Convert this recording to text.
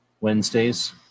Wednesdays